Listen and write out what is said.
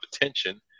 attention